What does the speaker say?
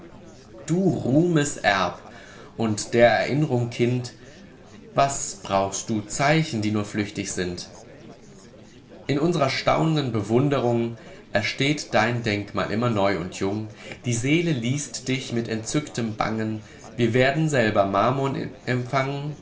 du ruhmes erb und der erinnrung kind was brauchst du zeichen die nur flüchtig sind in unsrer staunenden bewunderung ersteht dein denkmal immer neu und jung die seele liest dich mit entzücktem bangen wir werden selber marmorn im empfangen